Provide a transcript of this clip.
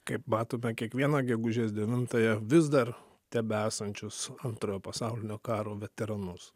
kaip matome kiekvieną gegužės devintąją vis dar tebesančius antrojo pasaulinio karo veteranus